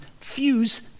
fuse